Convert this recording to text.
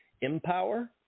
Empower